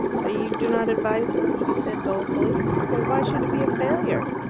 so you do not advise me? he said dolefully. but why should it be a failure?